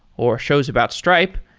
or shows about stripe,